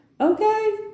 okay